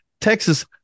Texas